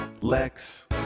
lex